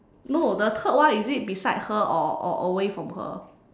no the third one is it beside her or or away from her